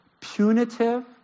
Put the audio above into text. punitive